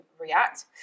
react